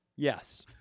Yes